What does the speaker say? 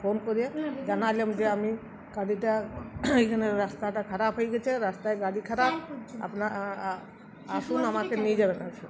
phone করে জানালাম যে আমি গাড়িটা এখানে রাস্তাটা খারাপ হয়ে গেছে রাস্তায় গাড়ি খারাপ আপনার আসুন আমাকে নিয়ে যাবেন আসুন